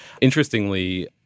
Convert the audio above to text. Interestingly